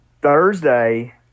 Thursday